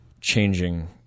changing